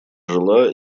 жила